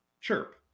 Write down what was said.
Chirp